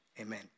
Amen